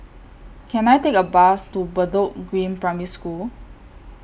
Can I Take A Bus to Bedok Green Primary School